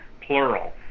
plural